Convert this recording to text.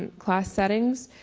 and class settings.